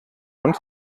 und